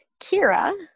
Kira